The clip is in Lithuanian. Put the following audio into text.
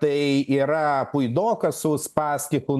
tai yra puidokas su uspaskichu